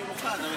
אני מוכן.